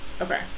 Okay